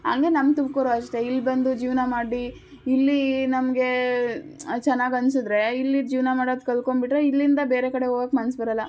ಹಂಗೆ ನಮ್ಮ ತುಮಕೂರು ಅಷ್ಟೇ ಇಲ್ಲಿ ಬಂದು ಜೀವನ ಮಾಡಿ ಇಲ್ಲಿ ನಮಗೆ ಚೆನ್ನಾಗಿ ಅನ್ಸಿದ್ರೆ ಇಲ್ಲಿ ಜೀವನ ಮಾಡೋದು ಕಲ್ಕೊಂಬಿಟ್ಟರೆ ಇಲ್ಲಿಂದ ಬೇರೆ ಕಡೆಗೆ ಹೋಗಕ್ ಮನ್ಸು ಬರೋಲ್ಲ